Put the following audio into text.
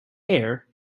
air